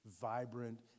vibrant